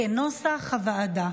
כנוסח הוועדה.